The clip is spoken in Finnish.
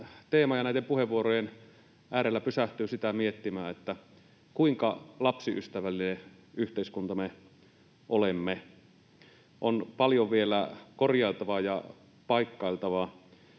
teeman ja näiden puheenvuorojen äärellä sitä pysähtyy miettimään, kuinka lapsiystävällinen yhteiskunta me olemme. On paljon vielä korjailtavaa ja paikkailtavaa.